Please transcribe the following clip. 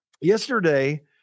Yesterday